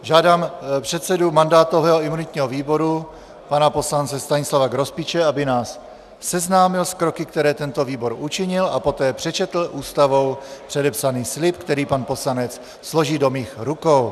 Žádám předsedu mandátového a imunitního výboru pana poslance Stanislava Grospiče, aby nás seznámil s kroky, které tento výbor učinil, a poté přečetl Ústavou předepsaný slib, který pan poslanec složí do mých rukou.